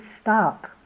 stop